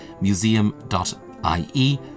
museum.ie